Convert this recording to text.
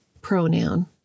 pronoun